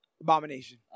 Abomination